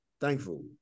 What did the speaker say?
thankful